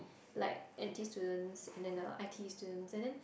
like N_T_E students and then the I_T_E students and then